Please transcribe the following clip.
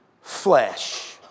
flesh